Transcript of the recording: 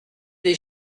des